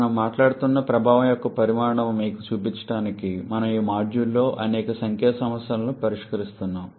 మనము మాట్లాడుతున్న ప్రభావం యొక్క పరిమాణాన్ని మీకు చూపించడానికి మనము ఈ మాడ్యూల్లో అనేక సంఖ్యా సమస్యలను పరిష్కరిస్తున్నాము